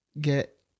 get